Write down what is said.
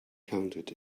counted